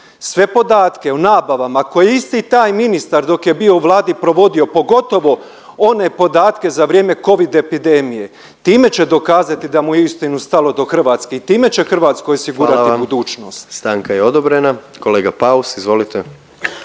sve podatke o nabavama koje je isti taj ministar dok je bio u Vladi provodio pogotovo one podatke za vrijeme covid epidemije, time će dokazati da mu je uistinu stalo do Hrvatske i time će Hrvatskoj osigurati budućnost. **Jandroković, Gordan (HDZ)** Hvala vam, stanka je odobrena. Kolega Paus izvolite.